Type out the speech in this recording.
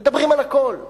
מדברים על הכול.